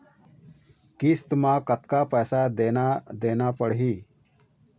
किस्त म कतका पैसा देना देना पड़ही?